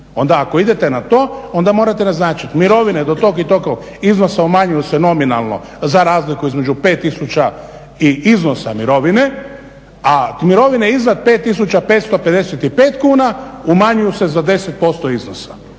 ako idete na to onda morate naznačit mirovine do tog i tog iznosa umanjuju se nominalno za razliku između 5000 i iznosa mirovine, a mirovine iznad 5555 kuna umanjuju se za 10% iznosa.